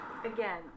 Again